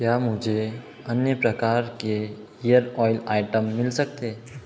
क्या मुझे अन्य प्रकार के इयर ऑयल आइटम्स मिल सकते हैं